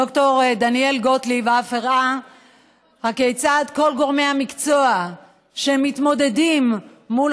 ד"ר דניאל גוטליב אף הראה כיצד כל גורמי המקצוע שמתמודדים מול